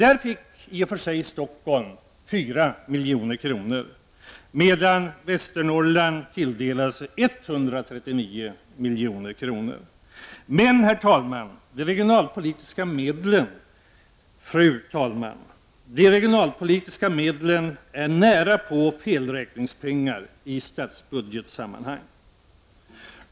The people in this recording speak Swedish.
Av detta anslag fick Stockholms län 4 milj.kr., medan Västernorrland tilldelades 139 milj.kr. Men, fru talman, de regionalpolitiska medlen utgör närapå felräkningspengar i statsbudgetsammanhang.